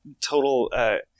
total